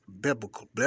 Biblical